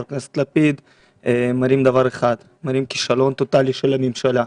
הכנסת לפיד מראים דבר אחד - כישלון טוטלי של הממשלה.